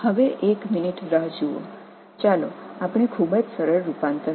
இப்போது ஒரு நிமிடம் காத்திருங்கள் உருமாற்றத்தை மிகவும் எளிமையாகப் பார்ப்போம்